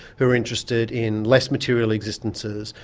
who are interested in less material existences,